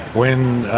when